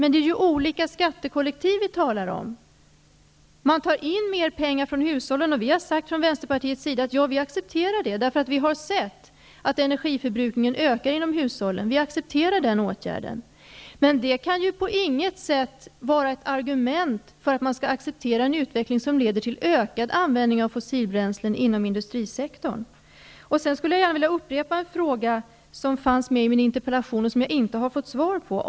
Men det är olika skattekollektiv vi talar om. Man tar in mer pengar från hushållen. Vi har i Vänsterpartiet sagt att vi accepterar det, för vi har sett att energiförbrukningen ökar inom hushållen. Vi accepterar den åtgärden. Men det kan på intet sätt vara ett argument för att man skall acceptera en utveckling som leder till ökad användning av fossilbränslen inom industrisektorn. Jag skulle också gärna vilja upprepa en fråga som fanns med i min interpellation, men som jag inte har fått svar på.